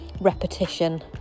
repetition